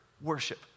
worship